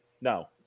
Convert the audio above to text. No